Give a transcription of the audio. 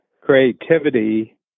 creativity